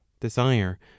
Desire